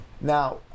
Now